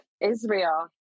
Israel